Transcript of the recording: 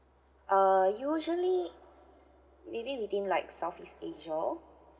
uh usually maybe within like south east asia